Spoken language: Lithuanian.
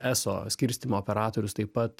eso skirstymo operatorius taip pat